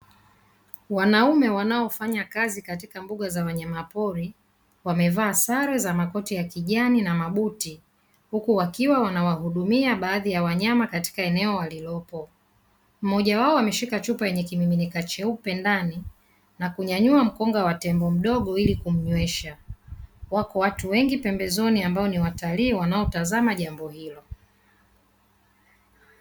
Wanaume wanaofanya kazi katika mbuga za wanyama, pori wamevaa sare za makoti ya kijani na mabuti huku wakiwa wanawahudumia baadhi ya wanyama katika maeneo walilopo, mmoja wao ameshika chupa yenye kimiminika cheupe ndani na kunyanyua mkonga wa tembo mdogo ili kumnywesha, wako watu wengi pembezoni ambao ni watalii wanaotazama jambo hilo.